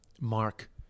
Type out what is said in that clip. mark